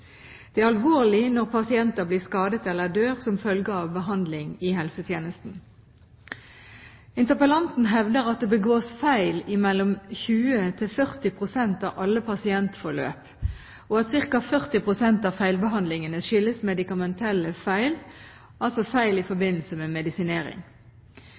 Det er alvorlig når pasienter blir skadet eller dør som følge av behandling i helsetjenesten. Interpellanten hevder at det begås feil i mellom 20–40 pst. av alle pasientforløp, og at ca. 40 pst. av feilbehandlingene skyldes medikamentelle feil, altså feil i